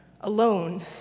alone